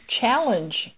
Challenge